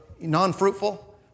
non-fruitful